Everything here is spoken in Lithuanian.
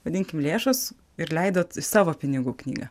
vadinkim lėšos ir leidot iš savo pinigų knygą